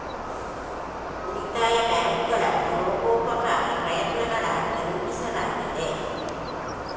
ಉಳಿತಾಯ ಬ್ಯಾಂಕುಗಳನ್ನು ಲೋಕೋಪಕಾರಿ ಪ್ರಯತ್ನಗಳಾಗಿ ರೂಪಿಸಲಾಗಿದೆ